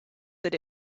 that